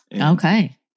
Okay